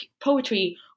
poetry